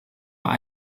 war